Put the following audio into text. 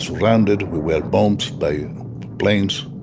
stranded. we were bombed by planes